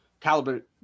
caliber